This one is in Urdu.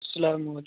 السّلام علیکم